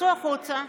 צאו החוצה,